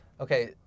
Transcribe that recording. Okay